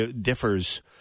differs